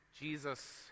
Jesus